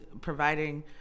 providing